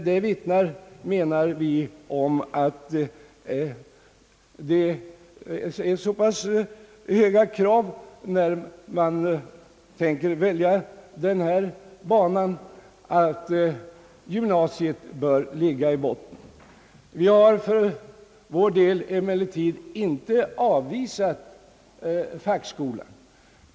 Det vittnar, menar vi, om att det är så pass höga krav, när man tänker välja denna bana, att gymnasiet bör ligga i botten. Vi har för vår del emellertid inte avvisat fackskolan.